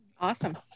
awesome